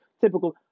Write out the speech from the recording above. typical